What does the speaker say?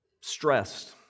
stressed